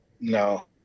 No